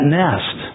nest